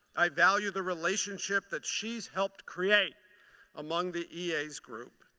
i value the relationship that she's helped create among the ea's group.